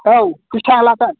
औ बिसां लागोन